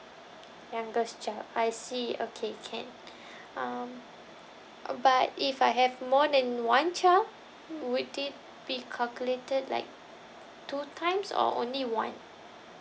youngest child I see okay can um but if I have more than one child would it be calculated like two times or only one